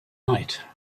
night